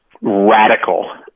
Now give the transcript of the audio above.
radical